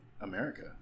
America